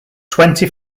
twenty